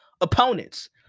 opponents